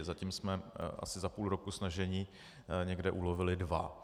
Zatím jsme asi za půl roku snažení někde ulovili dva.